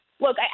Look